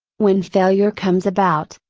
when failure comes about,